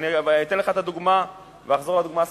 אתן לך דוגמה, ואחזור על דוגמה ספציפית: